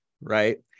right